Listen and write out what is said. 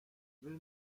will